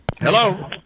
Hello